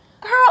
Girl